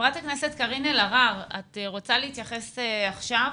חברת הכנסת קארין אלהרר, את רוצה להתייחס עכשיו?